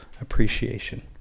appreciation